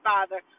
Father